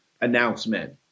announcement